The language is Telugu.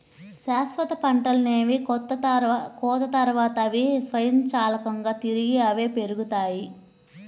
శాశ్వత పంటలనేవి కోత తర్వాత, అవి స్వయంచాలకంగా తిరిగి అవే పెరుగుతాయి